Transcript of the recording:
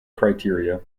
criteria